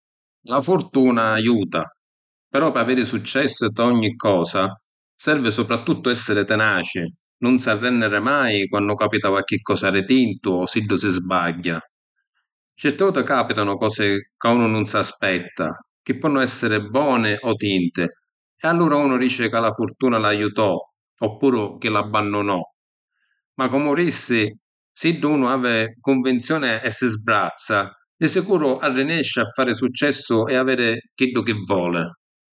La furtuna aiuta, però pi aviri successu nta ogni cosa servi supratuttu essiri tinaci, nun s’arrenniri mai quannu capita qualchi cosa di tintu o siddu si sbagghia. Certu certi voti capitanu cosi ca unu nun s’aspetta, chi ponnu essiri boni o tinti e allura unu dici ca la furtuna l’aiutò oppuru chi l’abbannunò. Ma comu dissi, siddu unu havi cunvinzioni e si sbrazza, di sicuru arrinèsci a fari successu e aviri chiddu chi voli.